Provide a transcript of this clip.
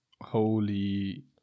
Holy